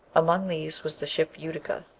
among these was the ship utica,